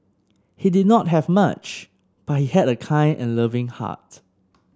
he did not have much but he had a kind and loving heart